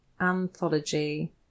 anthology